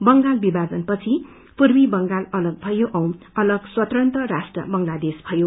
बंगाल विभाजपछि पूर्वी बंगाल अलग भयो औ अलग स्वतंत्र राष्ट्र बंगलादेश भयो